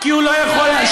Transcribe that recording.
כי הוא לא יכול להשיב.